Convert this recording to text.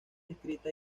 escrita